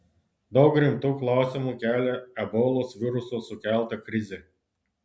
daug rimtų klausimų kelia ebolos viruso sukelta krizė